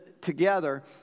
together